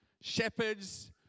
shepherds